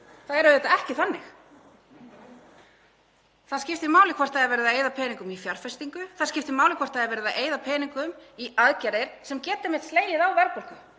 Það er auðvitað ekki þannig. Það skiptir máli hvort verið er að eyða peningum í fjárfestingu. Það skiptir máli hvort það er verið að eyða peningum í aðgerðir sem geta einmitt slegið á verðbólgu.